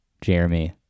Jeremy